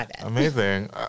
amazing